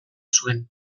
zuen